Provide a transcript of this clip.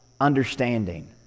understanding